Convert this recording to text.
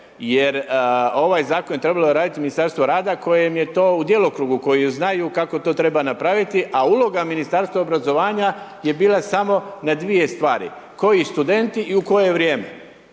jer ovaj zakon je trebalo raditi u Ministarstvu rada kojem je to u djelokrugu, koji znaju kako to treba napraviti, a uloga Ministarstva obrazovanja je bila samo na dvije stvari, koji studenti i u koje vrijeme.